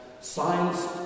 Science